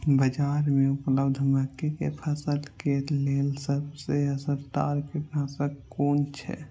बाज़ार में उपलब्ध मके के फसल के लेल सबसे असरदार कीटनाशक कुन छै?